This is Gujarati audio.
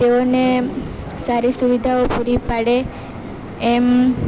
તેઓને સારી સુવિધાઓ પૂરી પાડે એમ